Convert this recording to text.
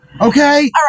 Okay